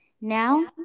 Now